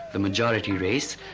the majority race,